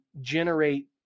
generate